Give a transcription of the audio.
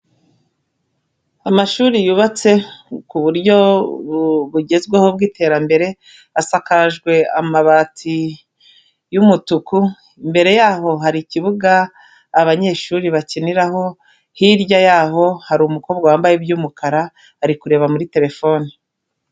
Amashuri yubatse ku buryo bugezweho bw'iterambere, asakajwe amabati y'umutuku imbere yaho hari ikibuga abanyeshuri bakiniraho, hirya yaho hari umukobwa wambaye iby'umukara ari kureba muri terefone.